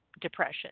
depression